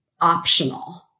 optional